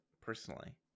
personally